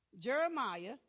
Jeremiah